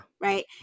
right